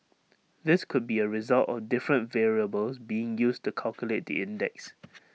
this could be A result of different variables being used to calculate the index